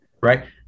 right